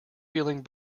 feeling